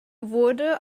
wurde